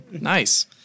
Nice